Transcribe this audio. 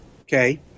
okay